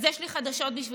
אז יש לי חדשות בשבילכם: